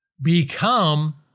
become